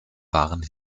waren